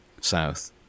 south